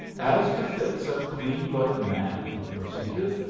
as befits a clean-blooded man, he proceeded,